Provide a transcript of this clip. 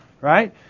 right